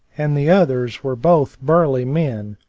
and the others were both burly men.